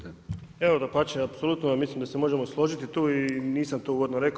Evo dapače, apsolutno mislim da se možemo složiti tu i nisam to uvodno rekao.